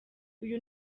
uyu